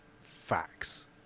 facts